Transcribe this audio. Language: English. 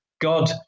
God